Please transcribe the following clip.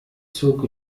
zog